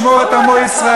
ישמור את עמו ישראל,